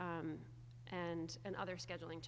and and other scheduling